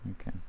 Okay